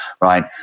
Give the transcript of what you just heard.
right